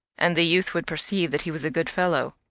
and the youth would perceive that he was a good fellow.